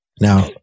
Now